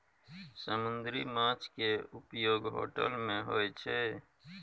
समुन्दरी माछ केँ उपयोग होटल मे होइ छै